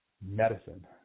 medicine